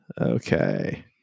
Okay